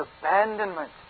abandonment